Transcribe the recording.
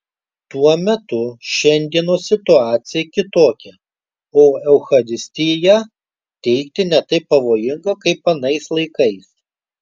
tuo metu šiandienos situacija kitokia o eucharistiją teikti ne taip pavojinga kaip anais laikais